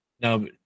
No